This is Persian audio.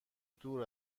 دور